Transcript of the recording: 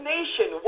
Nation